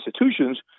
institutions